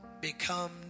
become